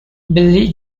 billy